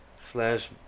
slash